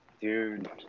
Dude